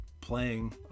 playing